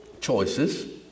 Choices